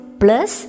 plus